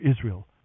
Israel